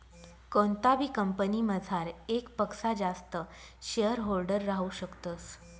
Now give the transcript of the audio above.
कोणताबी कंपनीमझार येकपक्सा जास्त शेअरहोल्डर राहू शकतस